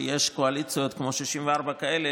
כשיש קואליציות כמו 64 כאלה,